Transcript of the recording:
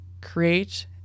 create